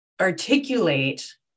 articulate